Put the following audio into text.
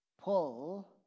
Paul